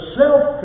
self